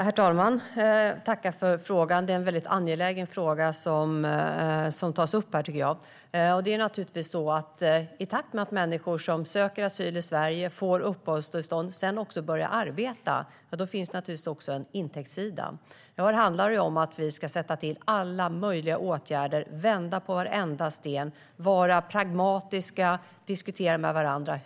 Herr talman! Jag tackar för en väldigt angelägen fråga. I takt med att människor som söker asyl i Sverige får uppehållstillstånd och sedan också börjar arbeta stärks naturligtvis också intäktssidan. Här handlar det om att vi ska sätta in alla möjliga åtgärder, vända på varenda sten, vara pragmatiska och diskutera med varandra.